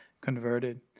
converted